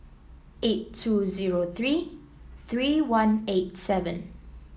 eight two zero three three one eight seven